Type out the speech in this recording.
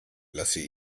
lasse